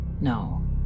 no